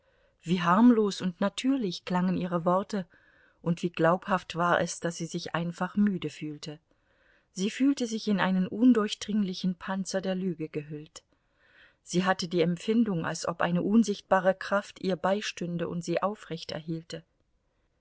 wie harmlos und natürlich klangen ihre worte und wie glaubhaft war es daß sie sich einfach müde fühlte sie fühlte sich in einen undurchdringlichen panzer der lüge gehüllt sie hatte die empfindung als ob eine unsichtbare kraft ihr beistünde und sie